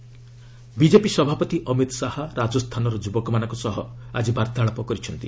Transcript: ରାଜ୍ Shah BJP ସଭାପତି ଅମିତ୍ ଶାହା ରାଜସ୍ଥାନର ଯୁବକମାନଙ୍କ ସହ ଆଜି ବାର୍ଭାଳାପ କରିଛନ୍ତି